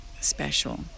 special